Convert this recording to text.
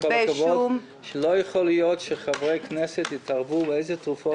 לא ייתכן שחברי כנסת יתערבו, איזה תרופות.